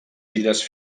illes